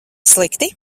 slikti